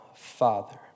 Father